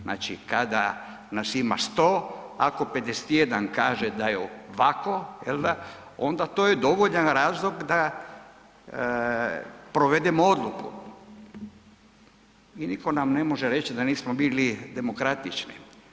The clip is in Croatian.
Znači kada nas ima 100, ako 51 kaže da je ovako, jel da, onda to je dovoljan razloga da provedemo odluku i nitko nam ne može reći da nismo bili demokratični.